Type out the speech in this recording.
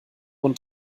und